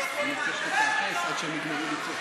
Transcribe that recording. הצלפים שכיוונו את הרובים שלהם לילדים ונשים חפים מפשע,